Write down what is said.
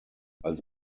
als